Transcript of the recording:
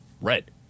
red